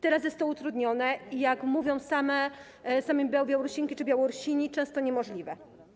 Teraz jest to utrudnione i jak mówią same Białorusinki czy Białorusini, często niemożliwe.